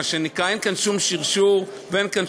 אין כאן שום דבר,